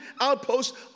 outpost